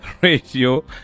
Radio